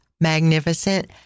magnificent